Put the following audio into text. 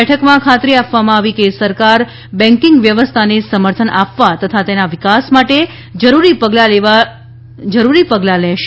બેઠકમાં ખાતરી આપવામાં આવી હતી કે સરકાર બેન્કિંગ વ્યવસ્થાને સમર્થન આપવા તથા તેના વિકાસ માટે જરૂરી પગલાં લેવા જરૂરી પગલાં લેશે